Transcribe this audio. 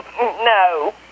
No